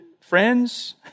friends